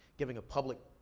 giving a public,